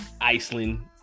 Iceland